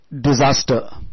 disaster